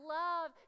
love